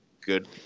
good